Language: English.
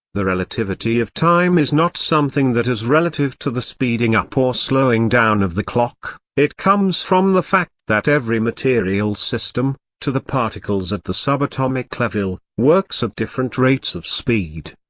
the relativity of time is not something that is relative to the speeding up or slowing down of the clock it comes from the fact that every material system, to the particles at the subatomic level, works at different rates of speed.